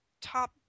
top